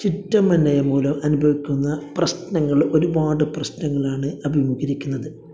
ചുറ്റുമനെ മൂലം അനുഭവിക്കുന്ന പ്രശ്നങ്ങള് ഒരുപാട് പ്രശ്നങ്ങളാണ് അഭിമുഖീകരിക്കുന്നത്